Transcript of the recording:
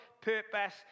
purpose